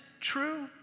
true